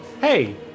Hey